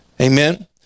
Amen